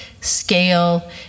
scale